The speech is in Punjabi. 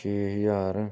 ਛੇ ਹਜ਼ਾਰ